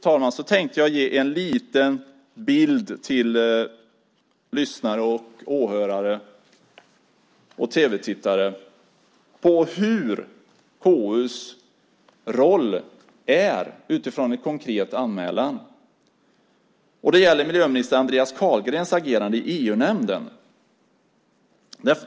Till sist tänkte jag ge en beskrivning till lyssnare, åhörare och tv-tittare av hur KU:s roll ser ut utifrån en konkret anmälan. Det gäller miljöminister Andreas Carlgrens agerande i EU-nämnden.